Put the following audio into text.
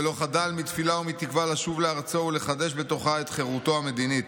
ולא חדל מתפילה ומתקווה לשוב לארצו ולחדש בתוכה את חירותו המדינית.